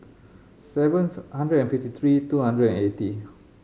seventh hundred and fifty three two hundred and eighty